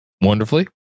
wonderfully